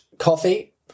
Coffee